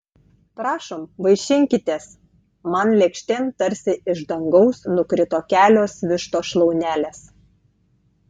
prašom vaišinkitės man lėkštėn tarsi iš dangaus nukrito kelios vištos šlaunelės